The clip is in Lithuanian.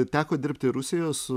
teko dirbti rusijoj su